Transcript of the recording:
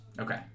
Okay